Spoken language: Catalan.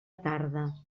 tarda